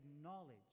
acknowledge